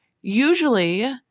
usually